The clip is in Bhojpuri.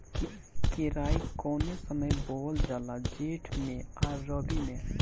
केराई कौने समय बोअल जाला जेठ मैं आ रबी में?